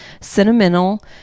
sentimental